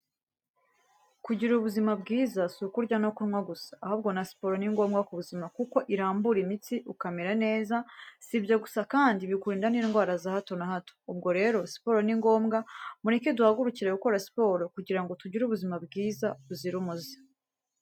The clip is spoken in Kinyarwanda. Kugira ubuzima bwiza si ukurya no kunnywa gusa, ahubwo na siporo ni ngombwa ku buzima kuko irambura imitsi ukamera neza, si ibyo gusa kandi bikurinda n'indwara za hato na hato. Ubwo rero siporo ni ngombwa, mureke duhagurukire gukora siporo kugira ngo tugire ubuzima bwiza buzira umuze.